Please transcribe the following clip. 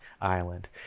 Island